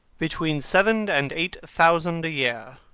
between seven and eight thousand a year.